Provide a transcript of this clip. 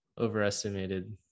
overestimated